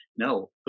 no